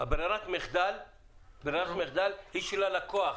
ברירת המחדל היא של הלקוח.